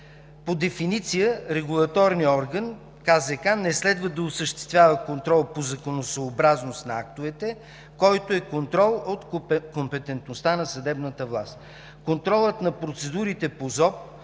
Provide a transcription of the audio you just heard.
По дефиниция регулаторният орган – КЗК, не следва да осъществява контрол по законосъобразност на актовете, който е контрол от компетентността на съдебната власт. Контролът на процедурите по